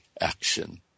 action